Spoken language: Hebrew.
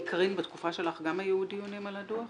קארין, בתקופה שלך גם היו דיונים על הדוח?